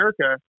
America